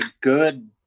good